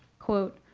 quote,